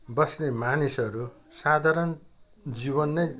बस्ने मानिसहरू साधारण जीवन नै